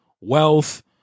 wealth